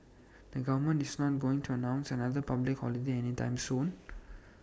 the government is not going to announce another public holiday anytime soon